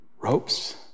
Ropes